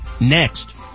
Next